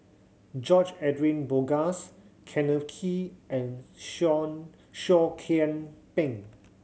George Edwin Bogaars Kenneth Kee and Seah Seah Kian Peng